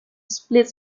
split